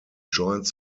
joined